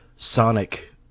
sonic